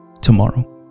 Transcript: tomorrow